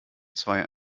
zwei